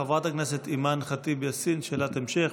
חברת הכנסת אימאן ח'טיב יאסין, שאלת המשך.